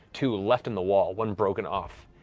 two left in the wall, one broken off,